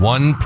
One